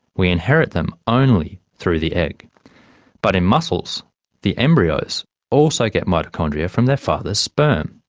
we inherit them only through the egg but in mussels the embryos also get mitochondria from their father's sperm.